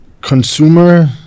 consumer